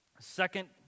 Second